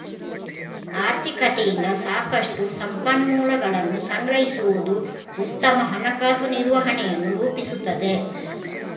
ಆರ್ಥಿಕತೆಯಿಂದ ಸಾಕಷ್ಟು ಸಂಪನ್ಮೂಲಗಳನ್ನು ಸಂಗ್ರಹಿಸುವುದು ಉತ್ತಮ ಹಣಕಾಸು ನಿರ್ವಹಣೆಯನ್ನು ರೂಪಿಸುತ್ತದೆ